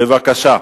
בבקשה.